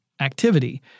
activity